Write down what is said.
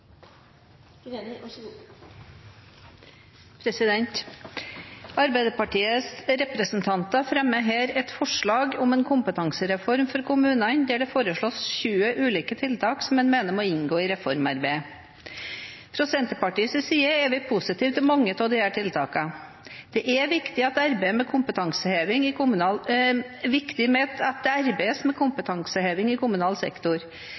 Arbeiderpartiets representanter fremmer her et forslag om en kompetansereform for kommunene, der det foreslås 20 ulike tiltak som en mener må inngå i reformarbeidet. Fra Senterpartiets side er vi positive til mange av disse tiltakene. Det er viktig at det arbeides med kompetanseheving i kommunal sektor. Det er viktig at inntaket av lærlinger øker, og at vi gjennom forskning får bedre innsikt i